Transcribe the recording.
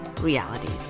realities